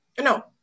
No